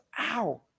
Ow